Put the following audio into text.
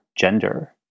gender